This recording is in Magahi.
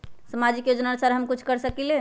सामाजिक योजनानुसार हम कुछ कर सकील?